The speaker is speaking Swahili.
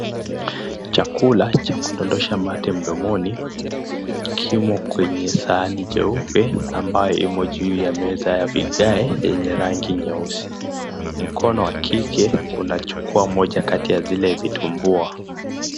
Chakula cha kudondosha mate mdomoni, kimo kwenye sahani jeupe ambayo imo juu ya meza ya vigae yenye rangi nyeusi. Mkono wa kike, unachukua moja kati ya zile vitumbua.